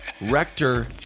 Rector